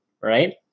right